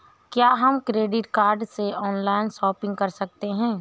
क्या हम credit card से ऑनलाइन शॉपिंग कर सकते हैं?